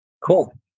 Cool